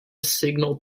signal